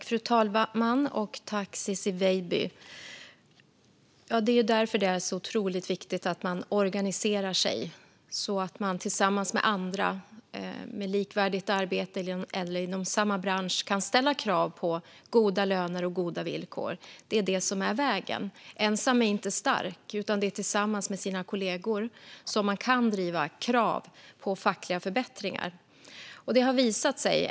Fru talman! Tack, Ciczie Weidby! Det är därför det är otroligt viktigt att organisera sig, så att man tillsammans med andra med likvärdigt arbete eller inom samma bransch kan ställa krav på goda löner och goda villkor. Det är det som är vägen. Ensam är inte stark. Det är tillsammans med sina kollegor som man kan driva krav på fackliga förbättringar. Det har visat sig.